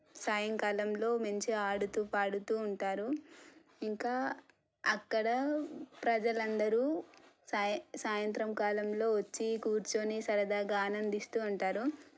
సాయంకాలంలో మంచిగా ఆడుతూ పాడుతూ ఉంటారు ఇంకా అక్కడ ప్రజలు అందరూ సా సాయంత్రం కాలంలో వచ్చి కూర్చొని సరదాగా ఆనందిస్తూ ఉంటారు